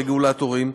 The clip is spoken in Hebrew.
הרגולטורים,